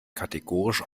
kategorisch